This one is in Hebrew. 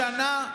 לשנה,